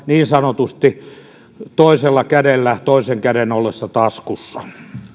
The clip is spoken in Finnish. niin sanotusti toisella kädellä toisen käden ollessa taskussa